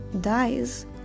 dies